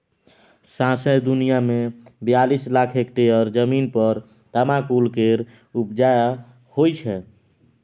सौंसे दुनियाँ मे बियालीस लाख हेक्टेयर जमीन पर तमाकुल केर उपजा होइ छै